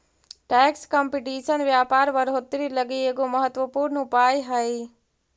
tax competition व्यापार बढ़ोतरी लगी एगो महत्वपूर्ण उपाय हई